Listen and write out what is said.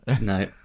no